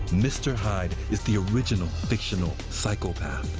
mr. hyde is the original fictional psychopath.